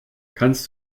kannst